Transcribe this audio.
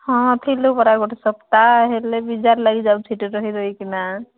ହଁ ଥିଲୁ ପରା ଗୋଟେ ସପ୍ତାହ ହେଲେ ବିଜାର ଲାଗି ଯାଉଛି ସେଠି ରହି ରହି କିନା